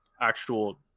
actual